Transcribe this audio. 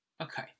Okay